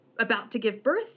about-to-give-birth